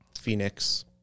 Phoenix